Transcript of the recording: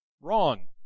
Wrong